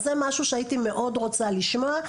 אז זה משהו שהייתי מאוד רוצה לשמוע.